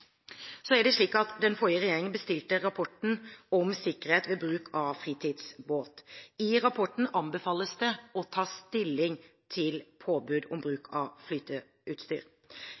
Den forrige regjeringen bestilte Rapport om sikkerhet ved bruk av fritidsbåt. I rapporten anbefales det å ta «stilling til» påbud om bruk av flyteutstyr.